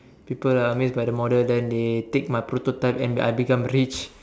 people are amazed by the model then they take my prototype and I become rich